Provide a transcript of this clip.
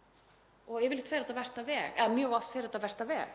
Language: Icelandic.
sé ekki og mjög oft fer þetta á versta veg,